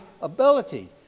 ability